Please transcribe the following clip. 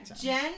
Jen